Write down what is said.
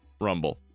rumble